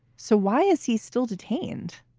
so why is he still detained?